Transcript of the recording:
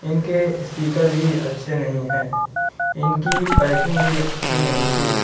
ان کے اسپیکر بھی اچھے نہیں ہیں ان کی پیکنگ بھی اچھی نہیں تھی